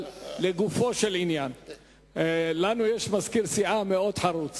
לנו יש מזכיר סיעה מאוד חרוץ